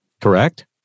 correct